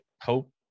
hope